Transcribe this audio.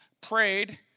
prayed